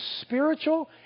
spiritual